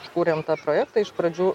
sukūrėm tą projektą iš pradžių